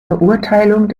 verurteilung